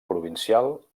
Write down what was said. provincial